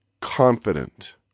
confident